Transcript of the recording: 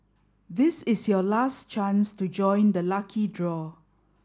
this is your last chance to join the lucky draw